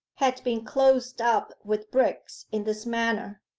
had been closed up with bricks in this manner.